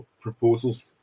proposals